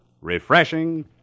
refreshing